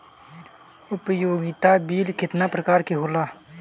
उपयोगिता बिल केतना प्रकार के होला?